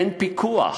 אין פיקוח.